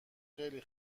خیلی